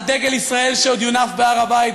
על דגל ישראל שעוד יונף בהר-הבית,